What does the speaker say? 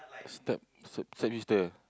step step sister eh